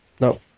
No